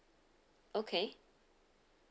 okay